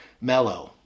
mellow